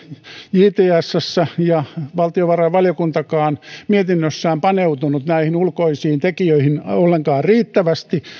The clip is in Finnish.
jtsssä ja valtiovarainvaliokuntakaan mietinnössään paneutunut näihin ulkoisiin tekijöihin ollenkaan riittävästi vaan